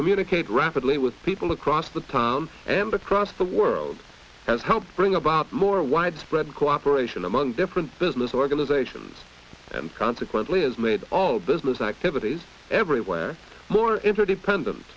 communicate rapidly with people across the town embers across the world has helped bring about more widespread cooperation among different business organizations and consequently has made all business activities everywhere more interdependent